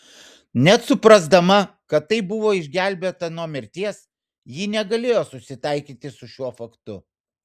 net suprasdama kad taip buvo išgelbėta nuo mirties ji negalėjo susitaikyti su šiuo faktu